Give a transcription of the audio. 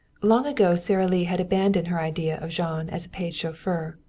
long ago sara lee had abandoned her idea of jean as a paid chauffeur.